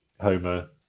Homer